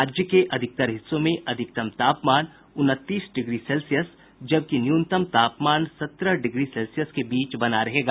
राज्य के अधिकतर हिस्सों में अधिकतम तापमान उनतीस डिग्री सेल्सियस जबकि न्यूनतम तापमान सत्रह डिग्री सेल्सियस के बीच बना रहेगा